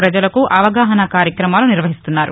పజలకు అవగాహన కార్యక్రమాలు నిర్వహిస్తున్నారు